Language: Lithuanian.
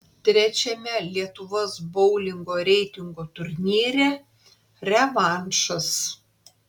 trečiame lietuvos boulingo reitingo turnyre revanšas